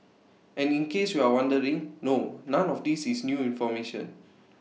and in case you're wondering no none of these is new information